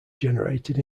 generated